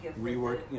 rework